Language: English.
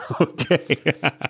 Okay